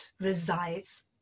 resides